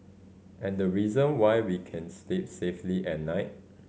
and the reason why we can sleep safely at night